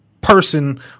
person